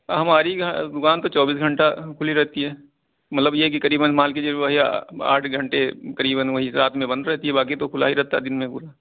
ہماری دوکان تو چوبیس گھنٹہ کھلی رہتی ہے مطلب یہ کہ قریباً مان کے چلو وہی آٹھ گھنٹے قریباً وہی رات میں بند رہتی ہے باقی تو کھلا ہی رہتا ہے دن میں پورا